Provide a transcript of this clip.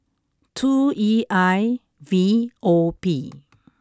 two E I V O P